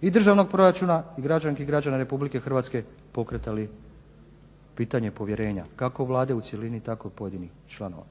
i državnog proračuna i građanki i građana Republike Hrvatske pokretali pitanje povjerenja kako Vlade u cjelini tako i pojedinih članova.